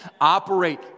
Operate